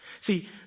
See